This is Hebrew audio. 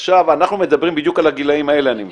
עכשיו אנחנו מדברים על הגילאים האלה, אני מבין.